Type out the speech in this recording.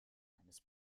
eines